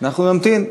אנחנו נמתין.